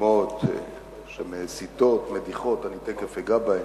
רשימות שמסיתות, מדיחות, אני תיכף אגע בהן.